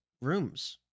rooms